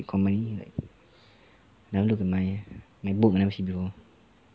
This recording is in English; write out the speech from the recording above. commonly like never look at mine eh my book never see before